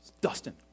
Dustin